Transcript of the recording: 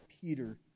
Peter